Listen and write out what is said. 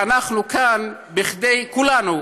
אנחנו כאן כולנו,